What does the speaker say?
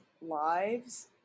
lives